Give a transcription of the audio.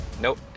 Nope